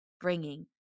bringing